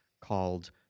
called